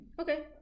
Okay